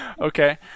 Okay